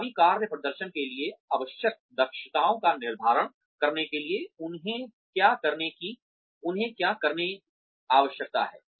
प्रभावी कार्य प्रदर्शन के लिए आवश्यक दक्षताओं का निर्धारण करने के लिए उन्हें क्या करने आवश्यकता है